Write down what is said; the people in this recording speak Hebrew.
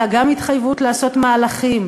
אלא גם התחייבות לעשות מהלכים,